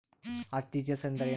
RTGS ಎಂದರೇನು?